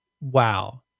WoW